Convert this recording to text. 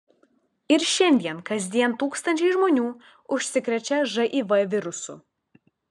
ir šiandien kasdien tūkstančiai žmonių užsikrečia živ virusu